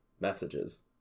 messages